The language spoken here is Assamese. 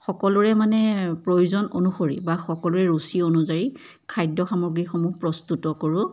সকলোৰে মানে প্ৰয়োজন অনুসৰি বা সকলোৰে ৰুচি অনুযায়ী খাদ্য সামগ্ৰীসমূহ প্ৰস্তুত কৰোঁ